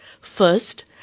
First